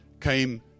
came